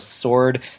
sword